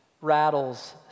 rattles